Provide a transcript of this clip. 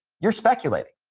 you're speculating.